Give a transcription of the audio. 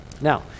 Now